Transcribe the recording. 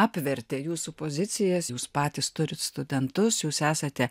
apvertė jūsų pozicijas jūs patys turit studentus jūs esate